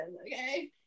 okay